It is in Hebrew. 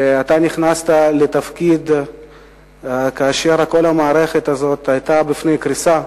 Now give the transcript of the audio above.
ואתה נכנסת לתפקיד כאשר כל המערכת הזאת היתה בפני קריסה.